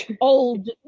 old